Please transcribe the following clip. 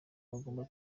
bagomba